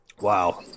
Wow